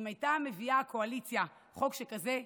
אם הייתה מביאה הקואליציה חוק שכזה,